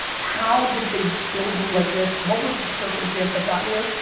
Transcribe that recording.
how did they build me like this, what was the circumstance that got me here,